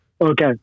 Okay